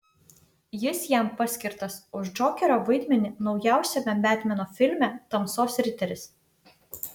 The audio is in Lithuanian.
jis jam paskirtas už džokerio vaidmenį naujausiame betmeno filme tamsos riteris